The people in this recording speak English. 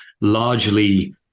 largely